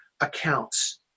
accounts